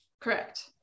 Correct